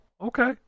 okay